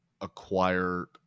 acquire